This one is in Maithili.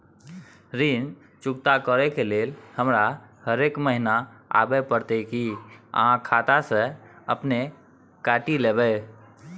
ऋण चुकता करै के लेल हमरा हरेक महीने आबै परतै कि आहाँ खाता स अपने काटि लेबै?